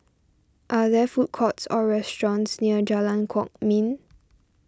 are there food courts or restaurants near Jalan Kwok Min